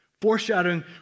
foreshadowing